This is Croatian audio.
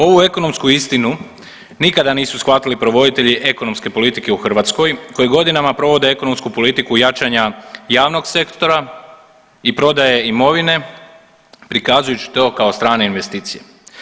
Ovu ekonomsku istinu nikada nisu shvatili provoditelji ekonomske politike u Hrvatskoj koji godinama provode ekonomsku politiku jačanja javnog sektora i prodaje imovine prikazujući to kao strane investicije.